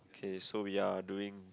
okay so we are doing